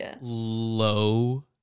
low